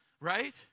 right